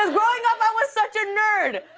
ah growing up i was such a nerd.